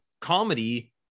comedy